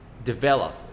develop